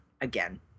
again